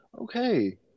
Okay